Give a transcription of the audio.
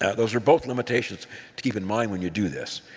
those are both limitations to keep in mind when you do this.